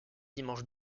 dimanche